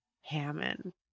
Hammond